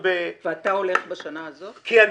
הרווחה והשירותים החברתיים חיים כץ: כי אני